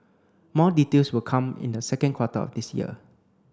more details will come in the second quarter of this year